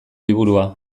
liburua